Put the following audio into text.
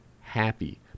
happy